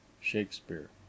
Shakespeare